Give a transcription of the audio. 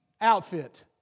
outfit